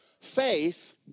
Faith